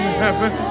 heaven